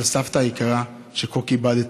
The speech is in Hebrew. על הסבתא היקרה שכה כיבדת,